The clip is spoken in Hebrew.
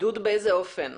עידוד באיזה אופן?